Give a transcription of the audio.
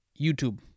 youtube